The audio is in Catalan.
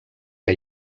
que